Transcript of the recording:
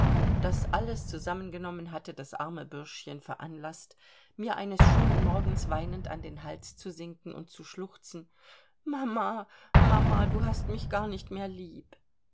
das alles zusammengenommen hatte das arme bürschchen veranlaßt mir eines schönen morgens weinend an den hals zu sinken und zu schluchzen mama mama du hast mich gar nicht mehr lieb